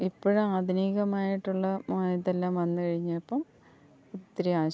ഇപ്പോൾ ആധുനികമായിട്ടുള്ള ഇതെല്ലാം വന്നു കഴിഞ്ഞപ്പം ഒത്തിരിയാശ്